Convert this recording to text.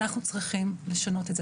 אנחנו צריכים לשעות את זה.